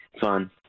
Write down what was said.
fun